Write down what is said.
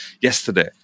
yesterday